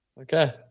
Okay